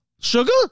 sugar